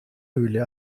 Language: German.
höhle